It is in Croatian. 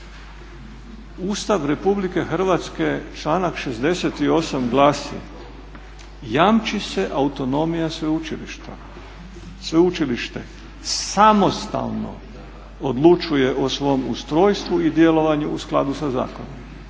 Ustav Republike Hrvatske, članak 68 glasi: "Jamči se autonomija sveučilišta.". Sveučilište samostalno odlučuje o svom ustrojstvu i djelovanju u skladu sa zakonom.